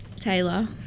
Taylor